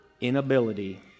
inability